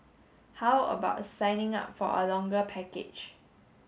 how about signing up for a longer package